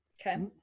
Okay